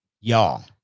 Y'all